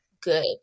good